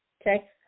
Okay